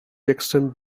extend